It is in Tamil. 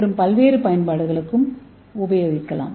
பல்வேறு பயன்பாடுகளுக்கு உபயோகிக்கலாம்